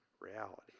reality